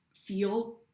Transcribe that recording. feel